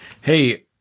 Hey